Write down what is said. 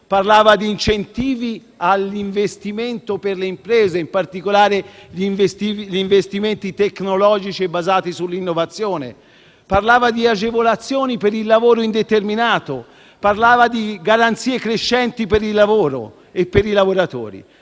parlava di incentivi all'investimento per le imprese, in particolare agli investimenti tecnologici e basati sull'innovazione, parlava di agevolazioni per il lavoro a tempo indeterminato; parlava di garanzie crescenti per il lavoro e per i lavoratori.